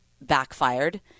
backfired